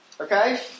okay